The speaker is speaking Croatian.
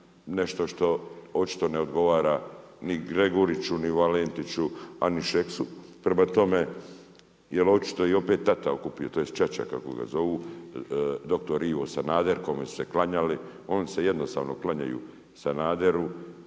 nešto što očito ne odgovara ni Greguriću, ni Valentiću a ni Šeksu. Prema tome, jer očito opet je tata, tj. ćaća kako ga zovu, doktor Ivo Sanader, kome su se klanjali. Oni se jednostavno klanjaju Sanaderu,